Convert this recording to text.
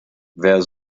wer